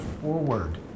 forward